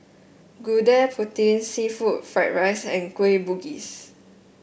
Gudeg Putih seafood Fried Rice and Kueh Bugis